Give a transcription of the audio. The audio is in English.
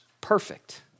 perfect